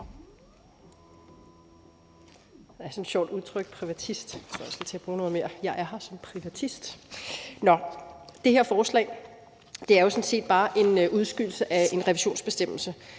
Det her lovforslag er jo sådan set bare en udskydelse af en revisionsbestemmelse,